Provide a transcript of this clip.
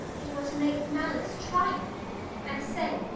it were to make malice triumph and say,